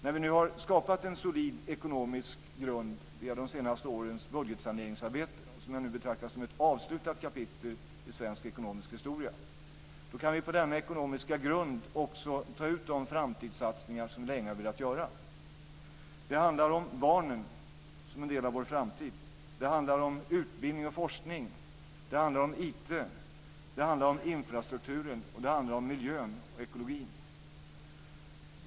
När vi nu har skapat en solid ekonomisk grund via de senaste årens budgetsaneringsarbete, som jag nu betraktar som ett avslutat kapitel i svensk ekonomisk historia, kan vi på denna ekonomiska grund också ta ut de framtidssatsningar som vi länge har velat göra. Det handlar om barnen som en del av vår framtid. Det handlar om utbildning och forskning. Det handlar om IT. Det handlar om infrastrukturen, och det handlar om miljön och ekologin.